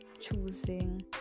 choosing